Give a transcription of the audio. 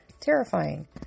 terrifying